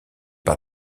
par